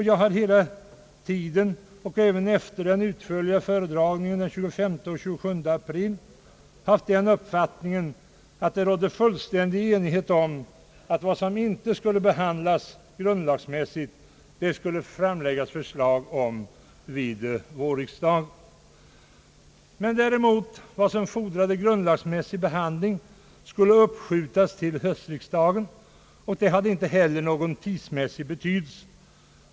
Jag har hela tiden och även efter den utförliga föredragningen den 25 och 27 april haft den uppfattningen att det rådde fullständig enighet om att vad som inte skulle behandlas grundlagsmässigt skulle framläggas i förslag till vårriksdagen. Däremot skulle de ärenden som fordrade grundlagsmässig behandling uppskjutas till höstriksdagen. Detta hade inte heller någon tidsmässig betydelse.